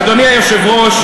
אדוני היושב-ראש,